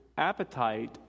Appetite